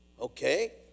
Okay